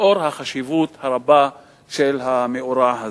לאור החשיבות הרבה של המאורע הזה.